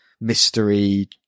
mystery